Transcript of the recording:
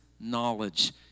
knowledge